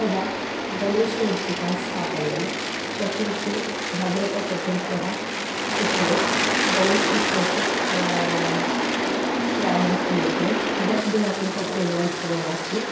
तदा गणेशमूर्तिः स्थापणीयं चतुर्थी भाद्रपदे चतुर्थी तिथे गणेशोत्सवस्य प्रारंभं क्रियते दशदिनात्मकम् एवम् उत्सवम् अस्ति